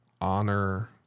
honor